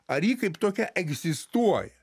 ar ji kaip tokia egzistuoja